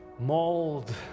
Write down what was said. mauled